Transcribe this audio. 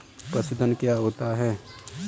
पशुधन क्या होता है?